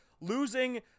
losing